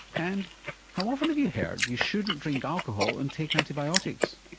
and how often have you heard you shouldn't drink alcohol and take antibiotics?